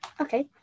Okay